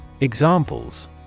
Examples